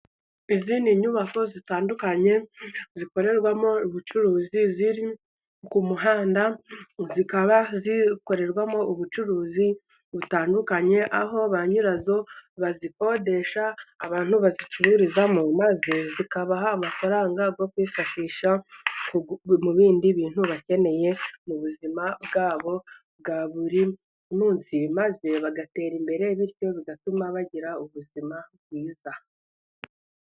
izi ni inyubako zitandukanye zikorerwamo ubucuruzi. Ziri ku muhanda, zikaba zikorerwamo ubucuruzi butandukanye, aho ba nyirazo bazikodesha abantu bazicururizamo, maze zikabaha amafaranga yo kwifashisha, mu bindi bintu bakeneye mu buzima bwabo bwa buri munsi, maze bagatera imbere bityo bigatuma bagira ubuzima bwiza.